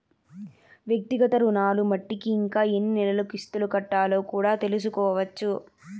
వ్యక్తిగత రుణాలు మట్టికి ఇంకా ఎన్ని నెలలు కిస్తులు కట్టాలో కూడా తెల్సుకోవచ్చు